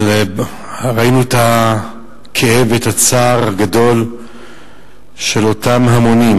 ראינו את הכאב ואת הצער הגדול של אותם המונים,